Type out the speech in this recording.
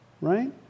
right